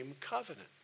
covenant